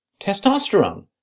testosterone